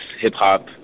hip-hop